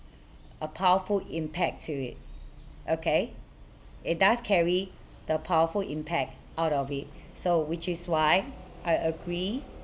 a powerful impact to it okay it does carry the powerful impact out of it so which is why I agree